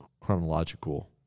chronological